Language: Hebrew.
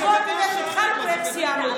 אין מה להשוות עם איך שהתחלנו ואיך סיימנו.